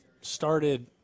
started